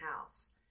house